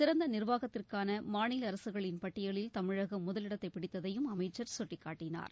சிறந்த நிர்வாகத்திற்கான மாநில அரசுகளின் பட்டியலில் தமிழகம் முதலிடத்தை பிடித்ததையும் அமைச்சர் சுட்டிக்காட்டினார்